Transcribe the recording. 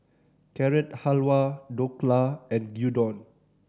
Carrot Halwa Dhokla and Gyudon